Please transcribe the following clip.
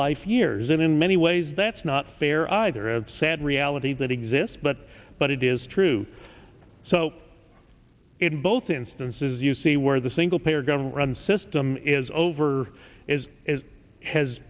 life years and in many ways that's not fair either a sad reality that exists but but it is true so in both instances you see where the single payer government run system is over is as has